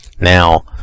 Now